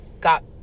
got